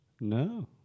No